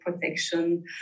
protection